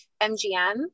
MGM